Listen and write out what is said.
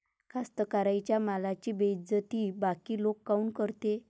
कास्तकाराइच्या मालाची बेइज्जती बाकी लोक काऊन करते?